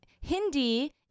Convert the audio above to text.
Hindi